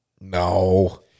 No